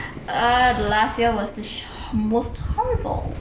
uh the last year was the s~ most horrible